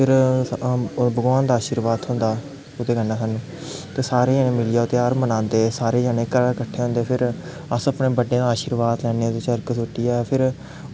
फिर भगवान दा शीरबाद थ्होंदा ओह्दे कन्नै सानूं ते सारे जनें मिलियै तेहार मनांदे सारे जनें कट्ठे होइयै फिर अस अपने बड्डें दा शीरबाद लैन्ने ओह्दै च अर्ग सुट्टियै फिर